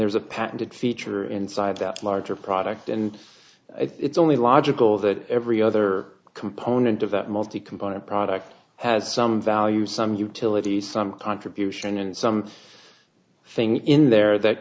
there's a patented feature inside of that larger product and it's only logical that every other component of that multi component product has some value some utility some contribution and some things in there that